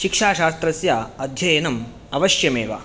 शिक्षाशास्त्रस्य अध्ययनम् अवश्यमेव